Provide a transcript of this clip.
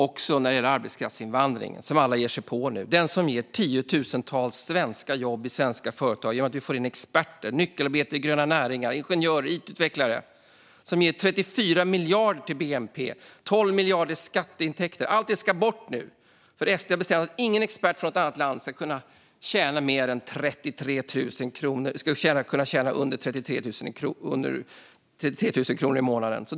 Det gäller också arbetskraftsinvandringen, som alla ger sig på nu och som ger tiotusentals svenska jobb i svenska företag. Vi får in experter, nyckelarbetare i gröna näringar, ingenjörer och it-utvecklare. Det ger 34 miljarder till bnp och 12 miljarder i skatteintäkter. Allt det ska bort nu, för SD har bestämt att ingen expert från något annat land ska kunna tjäna under 33 000 kronor i månaden.